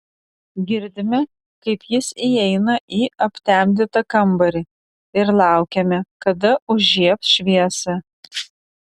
girdime kaip jis įeina į aptemdytą kambarį ir laukiame kada užžiebs šviesą